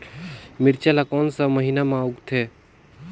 मिरचा ला कोन सा महीन मां उगथे?